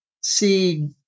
see